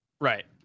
Right